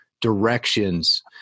directions